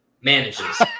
manages